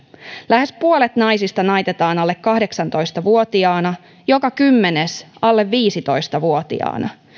lähes puolet naisista naitetaan alle kahdeksantoista vuotiaana joka kymmenes alle viisitoista vuotiaana